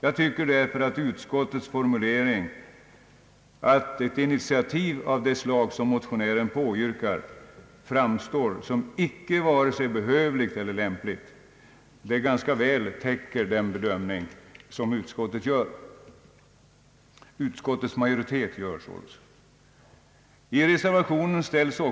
Jag tycker därför att utskottets formulering att »ett initiativ av det slag som motionären påyrkar» framstår »som icke vare sig behövligt eller lämpligt» ganska väl täcker den bedömning som utskottets majoritet gör.